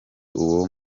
uwo